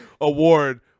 award